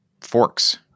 forks